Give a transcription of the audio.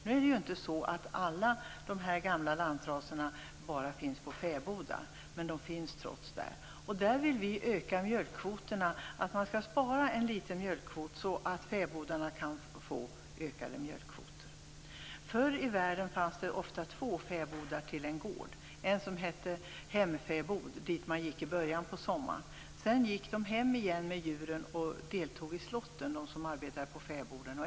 Nu är det inte så att alla de gamla lantraserna bara finns på fäbodar. Men de finns trots allt där. Vi vill öka mjölkkvoterna, dvs. att man skall spara en liten mjölkkvot så att fäbodarna kan få ökade mjölkkvoter. Förr i världen fanns det ofta två fäbodar till en gård. Det fanns en som hette hemfäbod dit man gick i början på sommaren. Sedan gick de som arbetade på fäbodarna hem igen med djuren och deltog i slåttern.